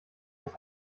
was